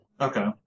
Okay